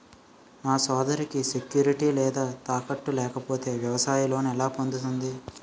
నా సోదరికి సెక్యూరిటీ లేదా తాకట్టు లేకపోతే వ్యవసాయ లోన్ ఎలా పొందుతుంది?